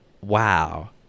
wow